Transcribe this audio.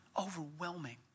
Overwhelming